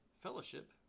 fellowship